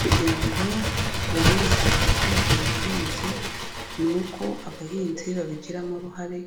Kugira ngo tubone umusaruro uturuka mu buhinzi, ni uko abahinzi babigiramo uruhare